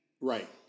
Right